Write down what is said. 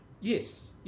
Yes